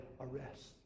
arrests